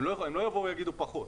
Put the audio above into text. הם לא יבואו ויאמרו פחות.